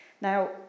Now